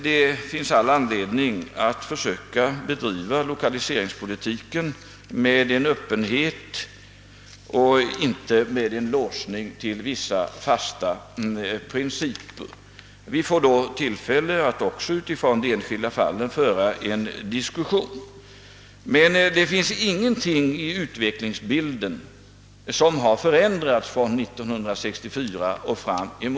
Det finns all anledning att försöka bedriva lokaliseringspolitiken med öppenhet, alltså att inte låsa den till vissa fasta principer. Gör vi det, så får vi också tillfälle att föra en diskussion utifrån de enskilda fallen. Men ingenting i utvecklingsbilden har förändrats sedan 1964 fram till i dag.